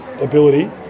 ability